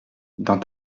dans